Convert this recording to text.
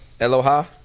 Eloha